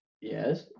Yes